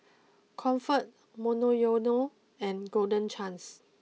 Comfort Monoyono and Golden Chance